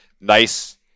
nice